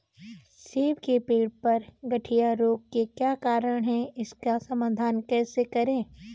सेब के पेड़ पर गढ़िया रोग के क्या कारण हैं इसका समाधान कैसे करें?